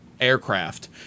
aircraft